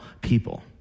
people